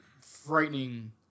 frightening